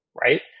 right